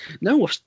No